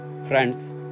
Friends